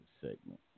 segment